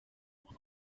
new